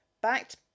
backed